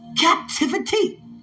captivity